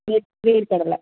வேர் வேர்க்கடலை